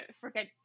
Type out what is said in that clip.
forget